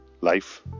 life